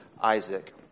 Isaac